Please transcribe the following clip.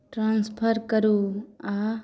transfer करू आओर